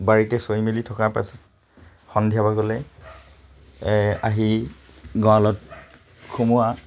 বাৰীতে চৰি মেলি থকাৰ পাছত সন্ধিয়াৰ ভাগলে আহি গঁৰালত সুমুওৱা